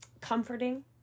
comforting